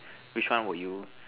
which one would you